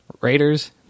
Raiders